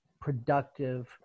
productive